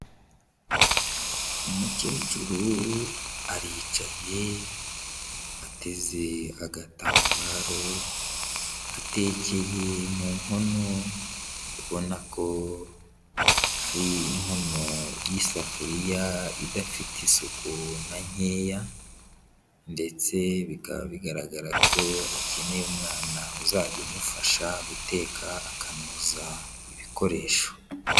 Umukecuru aricaye ateze agatambaro, atekeye mu nkono ubona ko ari inkono y'isafuriya idafite isuku na nkeya, ndetse bikaba bigaragara ko akeneye umwana uzajya umufasha guteka, akanoza ibikoresho.